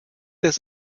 des